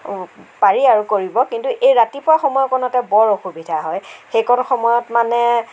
পাৰি আৰু কৰিব কিন্তু এই ৰাতিপুৱা সময়কণতে বৰ অসুবিধা হয় সেইকণ সময়ত মানে